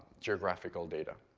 geographical data.